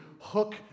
hook